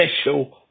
special